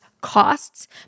costs